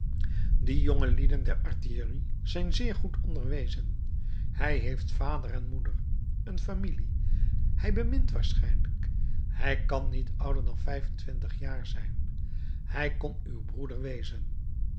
die jongelieden der artillerie zijn zeer goed onderwezen hij heeft vader en moeder een familie hij bemint waarschijnlijk hij kan niet ouder dan vijf-en-twintig jaar zijn hij kon uw broeder wezen